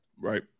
right